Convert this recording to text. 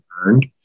earned